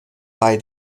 bei